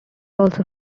also